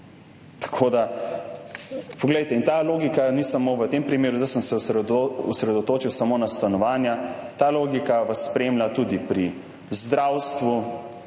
najemnih stanovanja. Ta logika ni samo v tem primeru, zdaj sem se osredotočil samo na stanovanja, ta logika vas spremlja tudi pri zdravstvu,